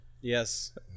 yes